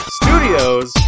studios